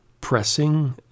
pressing